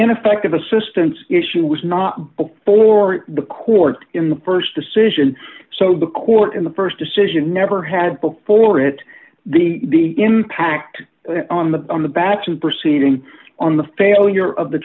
ineffective assistance issue was not before the court in the st decision so the court in the st decision never had before it the impact on the on the back to proceeding on the failure of the